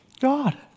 God